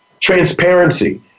Transparency